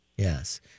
Yes